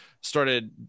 started